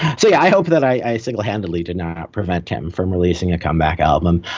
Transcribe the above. so i hope that i singlehandedly did not prevent him from releasing a comeback album.